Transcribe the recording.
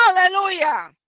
Hallelujah